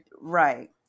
right